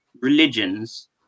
religions